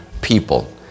people